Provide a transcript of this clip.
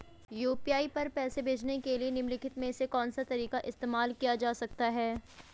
UPI पर पैसे भेजने के लिए निम्नलिखित में से कौन सा तरीका इस्तेमाल किया जा सकता है?